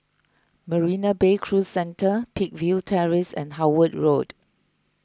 Marina Bay Cruise Centre Peakville Terrace and Howard Road